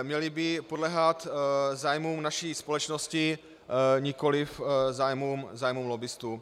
Měly by podléhat zájmům naší společnosti, nikoliv zájmům lobbistů.